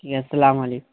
ٹھیک السلام علیکم